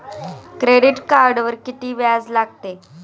Credit कार्डवर किती व्याज लागते?